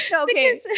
Okay